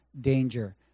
danger